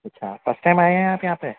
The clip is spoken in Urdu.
اچھا فرسٹ ٹائم آئے ہیں یہاں پہ